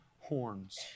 horns